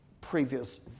previous